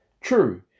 True